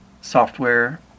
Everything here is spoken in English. software